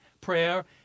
prayer